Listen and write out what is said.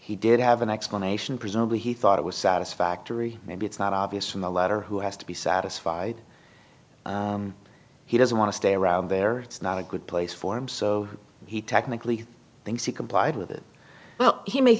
he did have an explanation presumably he thought it was satisfactory maybe it's not obvious from the letter who has to be satisfied he doesn't want to stay around there it's not a good place for him so he technically thinks he complied with it well he may